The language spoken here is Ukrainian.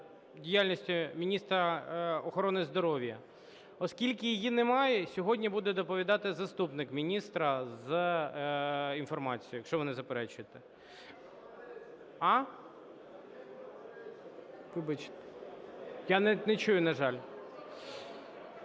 діяльністю міністра охорони здоров'я. Оскільки її немає, сьогодні буде доповідати заступник міністра з інформації, якщо ви не заперечуєте. ГОЛОС ІЗ ЗАЛУ.